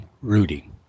Rudy